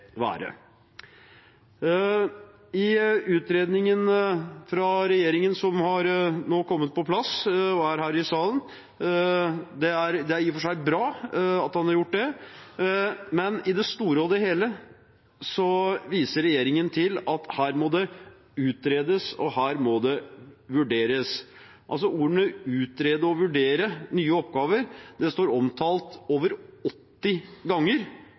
være. Utredningen fra regjeringen har nå kommet på plass og diskuteres her i salen. Det er i og for seg bra at den har kommet, men i det store og det hele viser regjeringen til at her må det utredes og her må det vurderes. Å «utrede» og «vurdere» nye oppgaver står omtalt over 80 ganger,